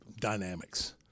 dynamics